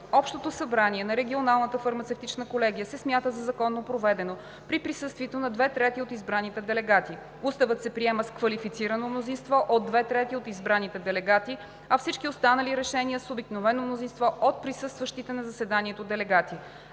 Общото събрание на регионалната фармацевтична колегия се смята за законно проведено при присъствието на две трети от избраните делегати. Уставът се приема с квалифицирано мнозинство от две трети от избраните делегати, а всички останали решения – с обикновено мнозинство от присъстващите на заседанието делегати.